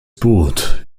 boot